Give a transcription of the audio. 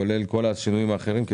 כולל כל השינויים האחרים,